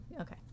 Okay